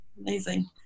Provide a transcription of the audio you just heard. Amazing